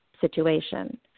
situation